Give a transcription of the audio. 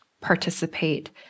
participate